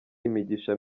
imigisha